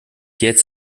jetzt